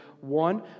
one